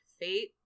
fate